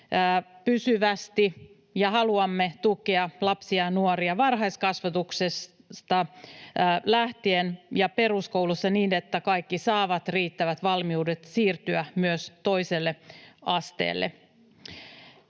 pysyvästi ja haluamme tukea lapsia ja nuoria varhaiskasvatuksesta lähtien ja peruskoulussa, niin että kaikki saavat riittävät valmiudet siirtyä myös toiselle asteelle.